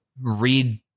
read